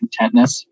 contentness